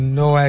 no